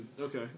Okay